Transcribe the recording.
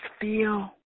feel